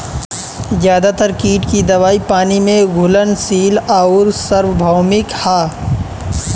ज्यादातर कीट के दवाई पानी में घुलनशील आउर सार्वभौमिक ह?